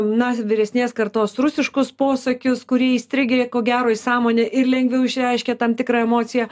na vyresnės kartos rusiškus posakius kurie įstrigę ko gero į sąmonę ir lengviau išreiškia tam tikrą emociją